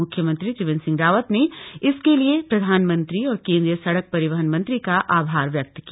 मुख्यमंत्री त्रिवेंद्र सिंह रावत ने इसके लिए प्रधानमंत्री और केन्द्रीय सड़क परिवहन मंत्री का आभार व्यक्त किया